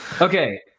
Okay